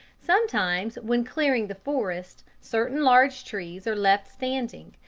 sometimes when clearing the forest certain large trees are left standing,